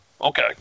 Okay